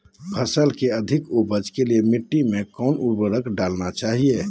फसल के अधिक उपज के लिए मिट्टी मे कौन उर्वरक डलना चाइए?